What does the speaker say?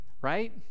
right